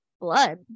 blood